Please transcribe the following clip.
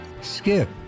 skip